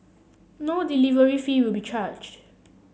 no delivery fee will be charge